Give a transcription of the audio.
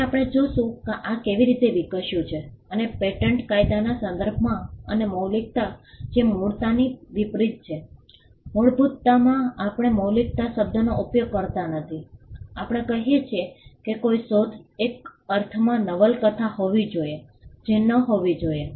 હવે આપણે જોશું કે આ કેવી રીતે વિકસ્યું છે અને પેટન્ટ કાયદાના સંદર્ભમાં અને મૌલિકતા જે મૂળતાની વિપરીત છે મૂળભૂતતામાં આપણે મૌલિકતા શબ્દનો ઉપયોગ કરતા નથી આપણે કહીએ છીએ કે શોધ એક અર્થમાં નવલકથા હોવી જોઈએ જે ન હોવી જોઈએ